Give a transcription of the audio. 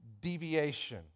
deviation